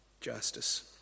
justice